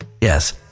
Yes